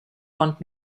want